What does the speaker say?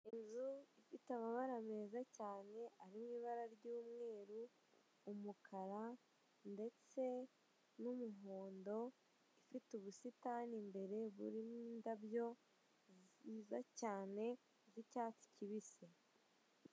Inzu ifite amabara meza cyane arimo ibara ry'umweru umukara ndetse n'umuhondo ifite ubusitani imbere burimo indabyo nziza cyane z'icyatsi kibisi.